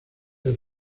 del